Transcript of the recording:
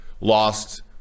lost